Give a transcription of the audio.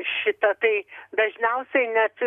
šita tai dažniausiai net